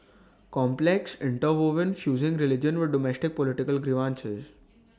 complex interwoven fusing religion with domestic political grievances